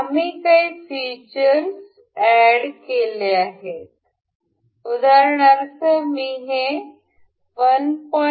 आम्ही काही features add करू उदाहरणार्थ मी हे 1